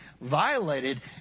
violated